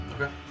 Okay